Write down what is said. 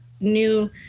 new